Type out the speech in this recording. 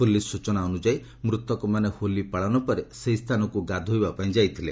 police ସ୍ୱଚନା ଅନୁସାରେ ମୃତକମାନେ ହୋଲି ପାଳନ ପରେ ସେହି ସ୍ଥାନକୁ ଗାଧୋଇବାପାଇଁ ଯାଇଥିଲେ